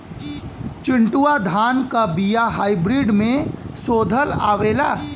चिन्टूवा धान क बिया हाइब्रिड में शोधल आवेला?